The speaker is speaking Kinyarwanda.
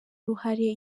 uruhare